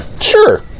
Sure